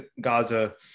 Gaza